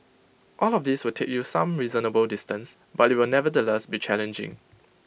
all of these will take you some reasonable distance but IT will nevertheless be challenging